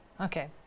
Okay